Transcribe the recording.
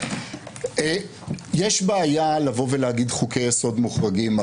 יש בעיה להגיד: חוקי יסוד מוחרגים.